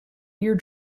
ear